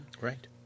Right